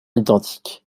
identiques